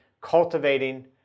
cultivating